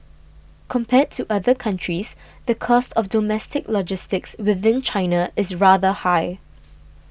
compared to other countries the cost of domestic logistics within China is rather high